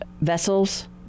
vessels